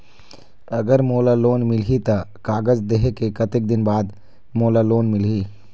अगर मोला लोन मिलही त कागज देहे के कतेक दिन बाद मोला लोन मिलही?